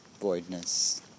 voidness